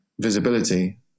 visibility